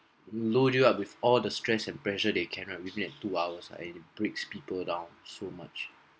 load you up with all the stress and pressure they can one within that two hours ah and it breaks people down so much